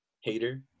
hater